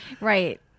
Right